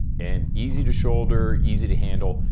and easy to shoulder, easy to handle.